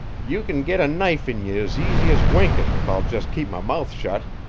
you can git a knife in ye as easy as winking if i'll jest keep my mouth shut,